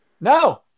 No